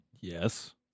Yes